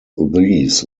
these